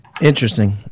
Interesting